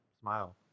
smile